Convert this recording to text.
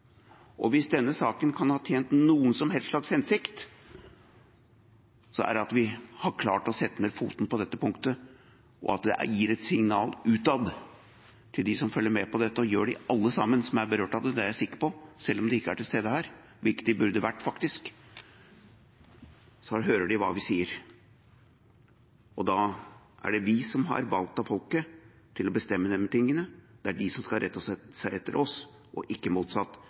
Og hvis denne saken kan ha tjent noen som helst hensikt, er det at vi har klart å sette ned foten på dette punktet, og at det gir et signal utad til dem som følger med på dette. Det gjør alle sammen som er berørt av det, det er jeg sikker på. Selv om de ikke er til stede her – hvilket de faktisk burde vært – så hører de hva vi sier. Det er vi som er valgt av folket, som skal bestemme disse tingene – det er de som skal rette seg etter oss, og ikke motsatt.